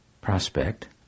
prospect